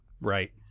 right